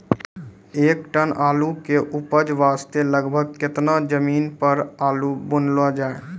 एक टन आलू के उपज वास्ते लगभग केतना जमीन पर आलू बुनलो जाय?